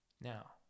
Now